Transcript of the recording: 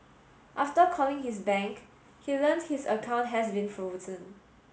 after calling his bank he learnt his account had been frozen